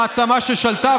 המעצמה ששלטה,